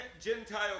Gentile